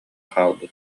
хаалбыт